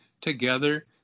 together